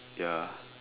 ya